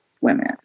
women